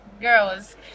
Girls